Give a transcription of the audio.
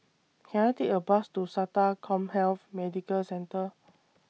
Can I Take A Bus to Sata Commhealth Medical Centre